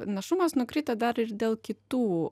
našumas nukrito dar ir dėl kitų